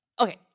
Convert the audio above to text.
Okay